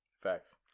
Facts